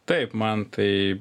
taip mantai